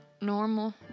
normal